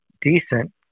decent